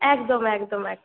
একদম একদম একদম